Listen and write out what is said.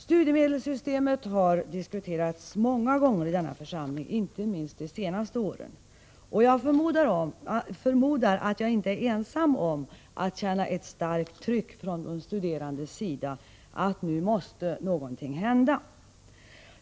Studiemedelssystemet har diskuterats många gånger i denna församling, inte minst de senaste åren, och jag förmodar att jag inte är ensam om att känna ett starkt tryck från de studerandes sida att någonting nu måste hända.